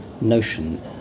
Notion